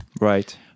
right